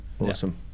awesome